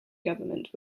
government